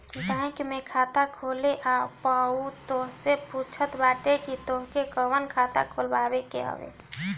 bank में खाता खोले आए पअ उ तोहसे पूछत बाटे की तोहके कवन खाता खोलवावे के हवे